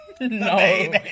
no